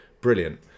brilliant